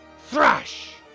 Thrash